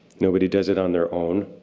nobody does it on their own.